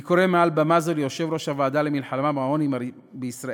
אני קורא מעל במה זו ליושב-ראש הוועדה למלחמה בעוני בישראל,